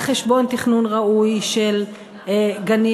על חשבון תכנון ראוי של גנים,